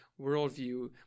worldview